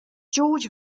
george